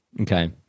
Okay